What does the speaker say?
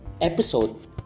episode